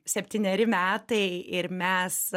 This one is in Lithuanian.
septyneri metai ir mes